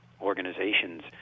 organizations